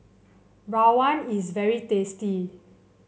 rawon is very tasty